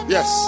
Yes